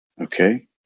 Okay